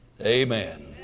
Amen